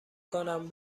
کنم